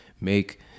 Make